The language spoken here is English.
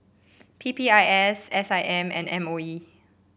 P P I S S I M and M O E